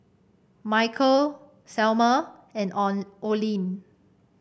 Michale Selmer and Oline